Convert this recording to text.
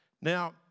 Now